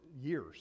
years